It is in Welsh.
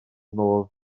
modd